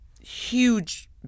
huge